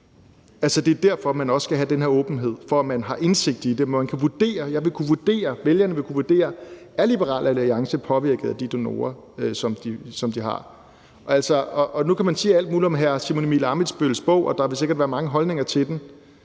i det – man kan vurdere, jeg vil kunne vurdere, vælgerne vil kunne vurdere: Er Liberal Alliance påvirket af de donorer, som de har? Nu kan man sige alt muligt om hr. Simon Emil Ammitzbøll-Billes bog, og der vil sikkert være mange holdninger til den.